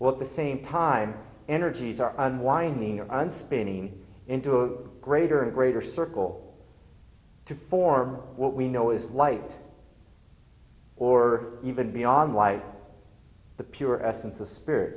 well at the same time energies are unwinding and spinning into a greater and greater circle to form what we know is light or even beyond light the pure essence of spirit